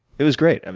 it was great. and